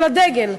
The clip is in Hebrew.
של הדגל.